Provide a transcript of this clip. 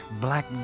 black